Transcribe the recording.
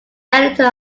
editor